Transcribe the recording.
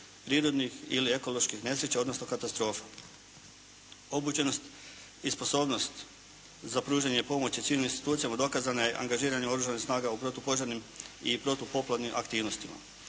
prirodnih ili ekoloških nesreća odnosno katastrofa. Obučenost i sposobnost za pružanje pomoći civilnim institucijama dokazano je angažiranje Oružanih snaga u protupožarnim i protupoplavnim aktivnostima.